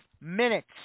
minutes